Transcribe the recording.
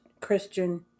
Christian